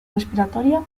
respiratoria